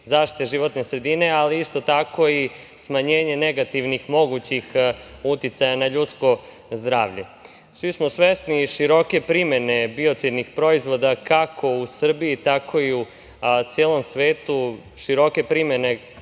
zaštite životne sredine, ali isto tako i smanjenje negativnih mogućih uticaja na ljudsko zdravlje. Svi smo svesni i široke primene biocidnih proizvoda kako u Srbiji, tako i u celom svetu, široke primene